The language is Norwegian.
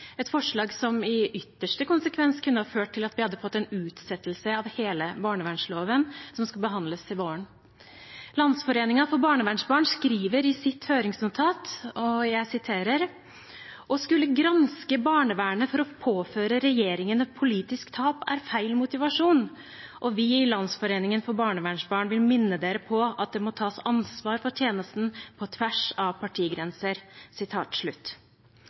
et forslag som i ytterste konsekvens kunne ha ført til at vi hadde fått en utsettelse av hele barnevernsloven, som skal behandles til våren. Landsforeningen for barnevernsbarn skriver i sitt høringsnotat: Å skulle granske barnevernet for å påføre regjeringen et politisk tap er feil motivasjon, og vi i Landsforeningen for barnevernsbarn vil minne dere på at det må tas ansvar for tjenesten på tvers av partigrenser.